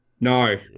No